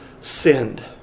sinned